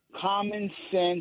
common-sense